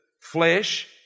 flesh